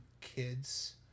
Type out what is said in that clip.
kids